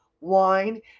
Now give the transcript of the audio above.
wine